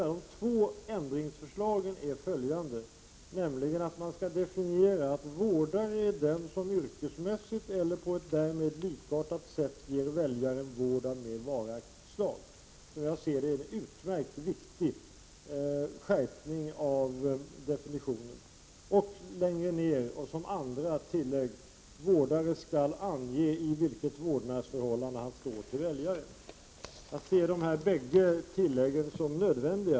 Det första ändringsförslaget är följande: Man skall definiera vårdare som den som yrkesmässigt eller på ett därmed likartat sätt ger väljaren vård av mer varaktigt slag. Det är enligt min mening en utmärkt, viktig skärpning av definitionen. Det andra tillägget är att vårdaren skall ange i vilket vårdnadsförhållande han står till väljaren. Jag ser dessa båda tillägg som nödvändiga.